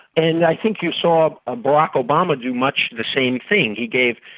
and i think you saw ah barack obama do much the same thing he gave,